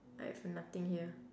I have nothing here